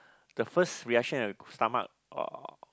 the first reaction stomach or